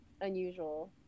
unusual